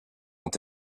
ont